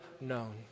known